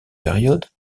périodes